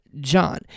John